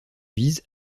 vise